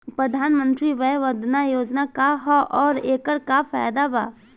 प्रधानमंत्री वय वन्दना योजना का ह आउर एकर का फायदा बा?